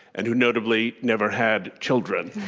and who notably never had children.